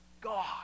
God